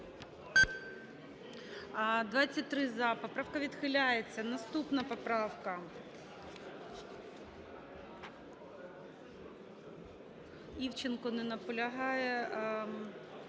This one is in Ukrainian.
За-23 Поправка відхиляється. Наступна поправка. Івченко не наполягає.